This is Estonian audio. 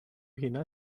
ühine